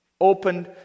Opened